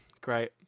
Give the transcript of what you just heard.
Great